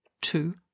two